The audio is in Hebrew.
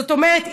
זאת אומרת,